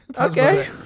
okay